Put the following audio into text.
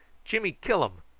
jimmy killum!